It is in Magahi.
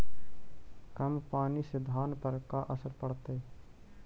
कम पनी से धान पर का असर पड़तायी?